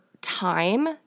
time